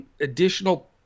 additional